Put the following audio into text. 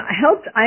helped